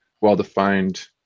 well-defined